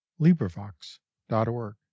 LibriVox.org